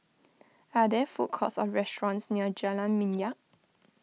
are there food courts or restaurants near Jalan Minyak